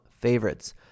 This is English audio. favorites